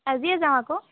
আজিয়ে যাওঁ আকৌ